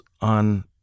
on –